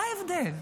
מה ההבדל?